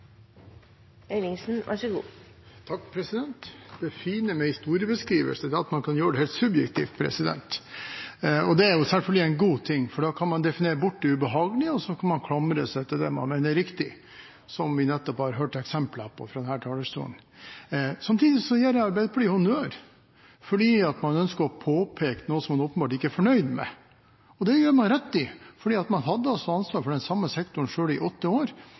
selvfølgelig en god ting, for da kan man definere bort det ubehagelige, og så kan man klamre seg til det man mener er riktig – som vi nettopp har hørt eksempler på fra denne talerstolen. Samtidig gir jeg Arbeiderpartiet honnør fordi man ønsker å påpeke noe som man åpenbart ikke er fornøyd med. Det gjør man rett i, fordi man selv hadde ansvar for den samme sektoren i åtte år